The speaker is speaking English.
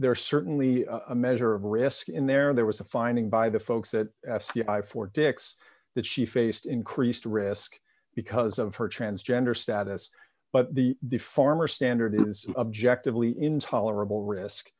there is certainly a measure of risk in there there was a finding by the folks that for dicks that she faced increased risk because of her transgender status but the the farmer standard is objectively intolerable risk